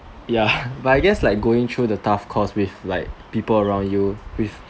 ya but I guess like going through the tough course is like people around you with